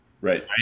Right